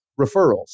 referrals